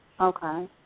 Okay